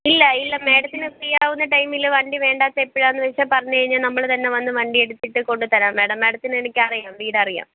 ഇല്ല ഇല്ല മാഡത്തിന് ഫ്രീയാകുന്ന ടൈമിൽ വണ്ടി വേണ്ടാത്ത എപ്പോഴാണെന്നു വച്ചാൽ പറഞ്ഞു കഴിഞ്ഞാൽ നമ്മൾ തന്നെ വന്ന് വണ്ടിയെടുത്തിട്ട് കൊണ്ടുത്തരാം മാഡം മാഡത്തിനെ എനിക്കറിയാം വീടറിയാം